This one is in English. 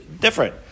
different